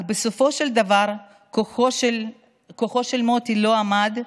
אך בסופו של דבר כוחו של מוטי לא עמד,